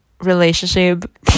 relationship